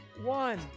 One